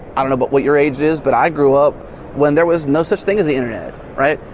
i don't know but what your age is but i grew up when there was no such thing as the internet, right?